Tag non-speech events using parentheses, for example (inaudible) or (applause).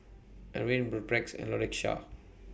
Ervin (unintelligible) and Lakeisha